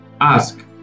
Ask